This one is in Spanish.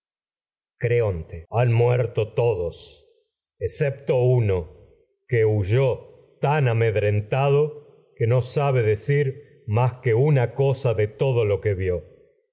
creonte han muerto tan todos excepto uno que huyó amedrentado que lo no sabe decir más que una cosa de todo que vió